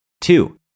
Two